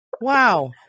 Wow